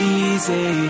easy